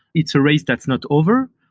it's a race that's not over,